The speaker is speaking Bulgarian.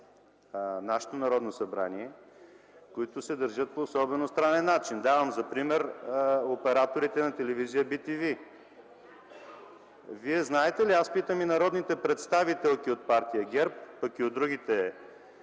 нашето Народно събрание, които се държат по особено странен начин. Давам за пример операторите на телевизия BTV. Знаете ли, аз питам и народните представителки от ГЕРБ, а и от другите